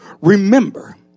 remember